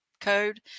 code